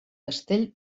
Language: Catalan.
castell